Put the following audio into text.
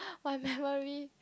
my memory